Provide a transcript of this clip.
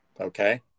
Okay